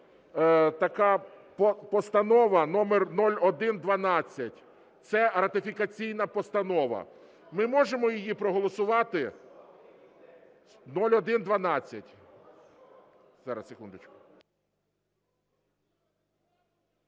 така постанова № 0112, це ратифікаційна постанова, ми можемо її проголосувати? 0112.